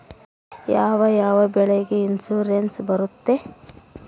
ಯಾವ ಯಾವ ಬೆಳೆಗೆ ಇನ್ಸುರೆನ್ಸ್ ಬರುತ್ತೆ?